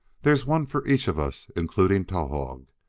there's one for each of us including towahg,